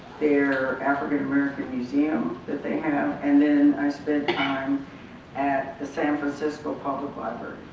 their african american museum that they have and then i spent time at the san francisco public library